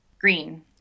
Green